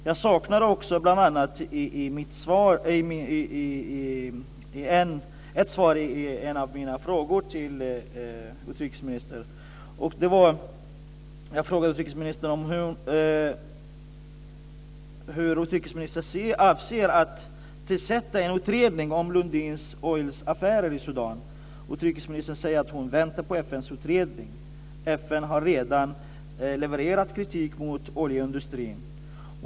Jag saknar också ett svar på en av mina frågor till utrikesministern. Jag frågade hur utrikesministern ser på tanken att tillsätta en utredning om Lundin Oils affärer i Sudan. Utrikesministern säger att hon väntar på FN:s utredning. FN har redan levererat kritik mot oljeindustrin.